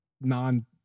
non-